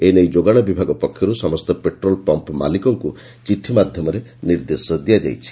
ଏ ନେଇ ଯୋଗାଣ ବିଭାଗ ପକ୍ଷର୍ ସମସ୍ତ ପେଟ୍ରୋଲ୍ ପମ୍ମ ମାଲିକଙ୍କ ଚିଠି ମାଧ୍ୟମରେ ନିର୍ଦ୍ଦେଶ ଦିଆଯାଇଛି